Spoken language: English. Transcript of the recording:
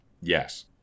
Yes